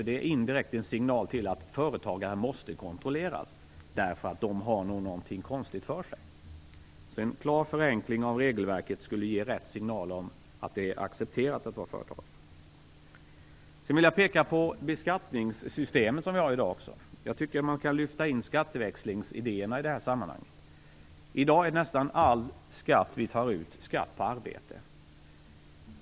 Det är indirekt en signal om att företagare måste kontrolleras eftersom de nog har någonting konstigt för sig. En klar förenkling av regelverket skulle ge rätt signaler om att det är accepterat att vara företagare. Det andra jag vill peka på är det beskattningssystem vi har i dag. Jag tycker att man kan lyfta in skatteväxlingsidéerna i det här sammanhanget. I dag är nästan all den skatt vi tar ut skatt på arbete.